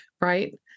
right